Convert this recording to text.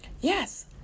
yes